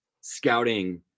scouting